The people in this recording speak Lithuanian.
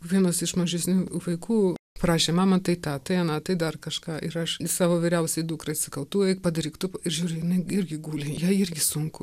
vienos iš mažesnių vaikų prašė mama tai tą tai aną tai dar kažką ir aš į savo vyriausiajai dukrai sakau tu eik padaryk tu ir žiūriu jinai irgi guli jai irgi sunku